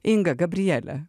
inga gabriele